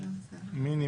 מי נמנע?